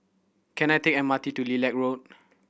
can I take M R T to Lilac Road